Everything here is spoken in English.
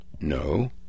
no